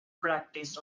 practised